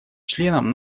членам